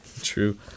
True